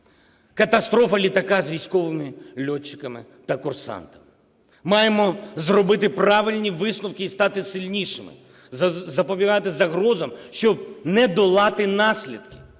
катастрофа літака з військовими льотчиками та курсантами. Маємо зробити правильні висновки і стати сильнішими, запобігати загрозам, щоб не долати наслідки,